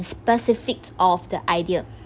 specifics of the idea